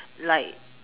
like